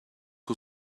who